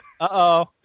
Uh-oh